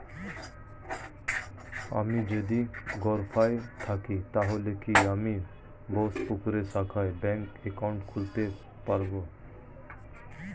আমি যদি গরফায়ে থাকি তাহলে কি আমি বোসপুকুরের শাখায় ব্যঙ্ক একাউন্ট খুলতে পারবো?